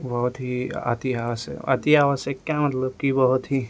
बहुत ही अति आवश्यक अति आवश्यक क्या मतलब कि बहुत ही